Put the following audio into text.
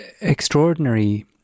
extraordinary